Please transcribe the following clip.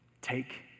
Take